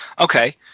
Okay